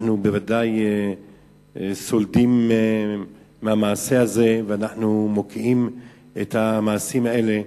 אנחנו בוודאי סולדים מהמעשה הזה ואנחנו מוקיעים את המעשים האלה.